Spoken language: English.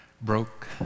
broke